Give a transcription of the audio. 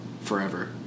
forever